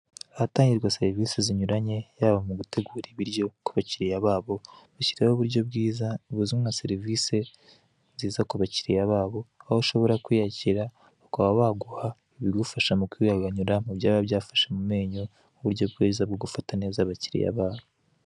Ahatangirwa serivisi zinyuranye yaba mu gutegura ibiryo kubakiriya babo bishyiraho uburyo bwiza nka serivisi nziza ku bakiriya babo aho ushobora kwiyakira, bakaba baguha ibigufasha mu kwihanganyura mu byaba byafashe amenyo ku buryo bwiza bwo gufata neza abakiriya babo.